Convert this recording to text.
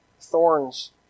thorns